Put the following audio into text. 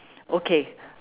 okay